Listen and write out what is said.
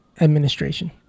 administration